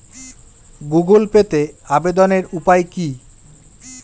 Google পেতে আবেদনের উপায় কি?